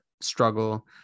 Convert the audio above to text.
struggle